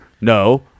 No